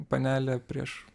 panelė prieš